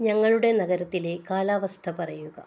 ഞങ്ങളുടെ നഗരത്തിലെ കാലാവസ്ഥ പറയുക